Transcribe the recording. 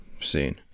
seen